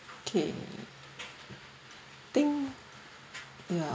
poor thing